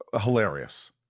Hilarious